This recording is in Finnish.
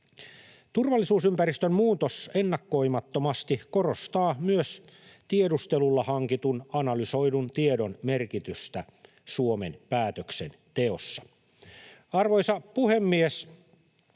Turvallisuusympäristön muutos ennakoimattomasti korostaa myös tiedustelulla hankitun analysoidun tiedon merkitystä Suomen päätöksenteossa. Arvoisa puhemies!